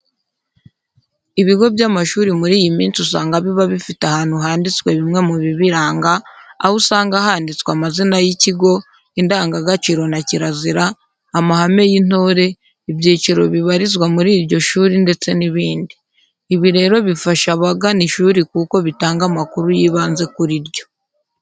Ibigo by'amashuri muri iyi minsi usanga biba bifite ahantu handitswe bimwe mu bibiranga, aho usanga handitswe amazina y'ikigo, indangagaciro na kirazira, amahame y'intore, ibyiciro bibarizwa muri iryo shuri ndetse n'ibindi. Ibi rero bifasha abagana ishuri kuko bitanga amakuru y'ibanze kuri ryo.